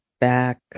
back